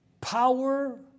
power